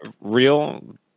real